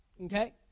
okay